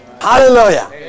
Hallelujah